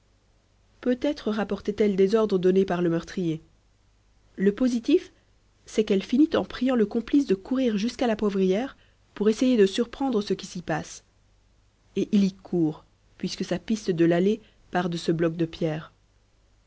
peut-être rapportait elle des ordres donnés par le meurtrier le positif c'est qu'elle finit en priant le complice de courir jusqu'à la poivrière pour essayer de surprendre ce qui s'y passe et il y court puisque sa piste de l'aller part de ce bloc de pierre